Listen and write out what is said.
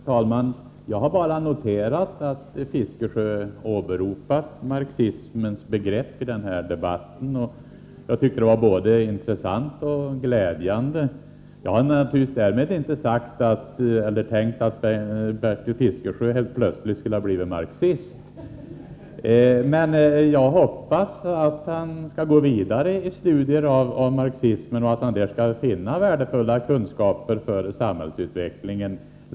Fru talman! Jag har bara noterat att Bertil Fiskesjö åberopat marxismens begreppi den här debatten. Jag tyckte det var både intressant och glädjande. Jag har naturligtvis därmed inte tänkt att Bertil Fiskesjö helt plötsligt skulle ha blivit marxist, men jag hoppas att han skall gå vidare i studier av marxismen och att han därvid skall finna värdefulla kunskaper för samhällsutvecklingen.